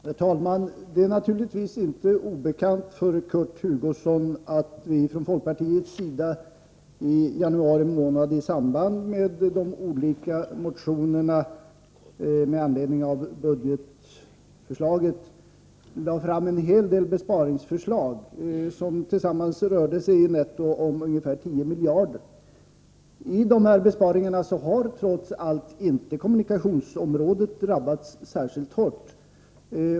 Herr talman! Det är naturligtvis inte obekant för Kurt Hugosson att vi från folkpartiets sida i januari i samband med de olika motionerna med anledning av budgetförslaget lade fram en hel del besparingsförslag som tillsammans rörde sig om ungefär 10 miljarder netto. Dessa besparingar har trots allt inte drabbat kommunikationsområdet särskilt hårt.